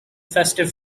festive